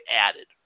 added